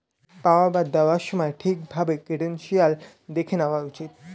check পাওয়া বা দেওয়ার সময় ঠিক ভাবে ক্রেডেনশিয়াল্স দেখে নেওয়া উচিত